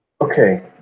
Okay